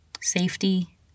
safety